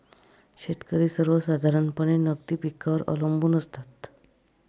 शेतकरी सर्वसाधारणपणे नगदी पिकांवर अवलंबून असतात